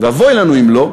ואבוי לנו אם לא,